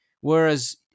whereas